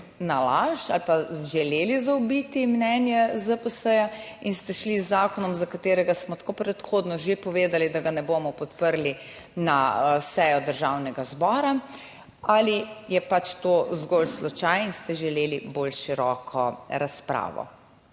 nalašč ali pa želeli zaobiti mnenje ZPS in ste šli z zakonom, za katerega smo tako predhodno že povedali, da ga ne bomo podprli, na sejo Državnega zbora, ali je pač to zgolj slučaj in ste želeli bolj široko razpravo.